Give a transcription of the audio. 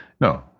no